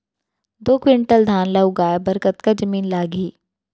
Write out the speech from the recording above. दो क्विंटल धान ला उगाए बर कतका जमीन लागही?